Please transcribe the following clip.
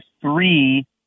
three